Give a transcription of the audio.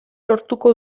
lortuko